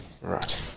Right